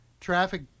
traffic